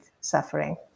suffering